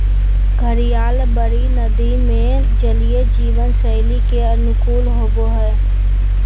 घड़ियाल बड़ी नदि में जलीय जीवन शैली के अनुकूल होबो हइ